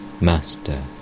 Master